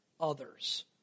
others